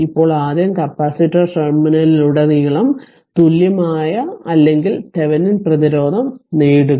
ഇപ്പോൾ ആദ്യം കപ്പാസിറ്റർ ടെർമിനലിലുടനീളം തുല്യമായ അല്ലെങ്കിൽ തെവെനിൻ പ്രതിരോധം നേടുക